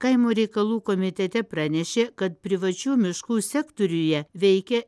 kaimo reikalų komitete pranešė kad privačių miškų sektoriuje veikia